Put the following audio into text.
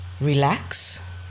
relax